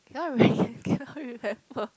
cannot remem~ cannot remember